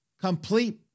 complete